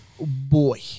boy